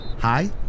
Hi